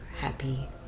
happy